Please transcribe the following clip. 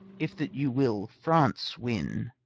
if that you will france win,